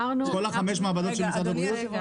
כל חמש המעבדות הן של משרד הבריאות?